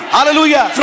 Hallelujah